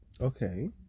Okay